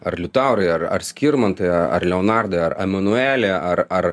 ar liutaurai ar ar skirmantai ar leonardai ar emanueli ar ar